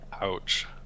Ouch